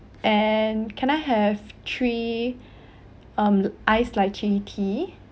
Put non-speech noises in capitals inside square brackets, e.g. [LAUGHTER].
and can I have three [BREATH] um iced lychee tea